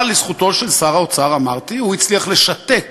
אבל לזכותו של שר האוצר, אמרתי, שהוא הצליח לשתק